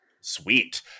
Sweet